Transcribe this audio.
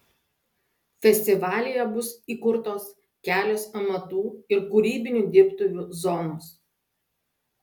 festivalyje bus įkurtos kelios amatų ir kūrybinių dirbtuvių zonos